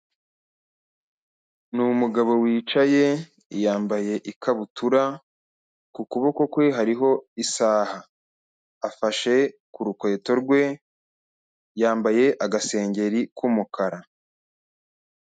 Ni umugabo wicaye yambaye ikabutura, ku kuboko kwe hariho isaha, afashe ku rukweto rwe, yambaye agasengeri k'umukara.